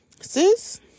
Sis